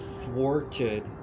thwarted